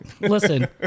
Listen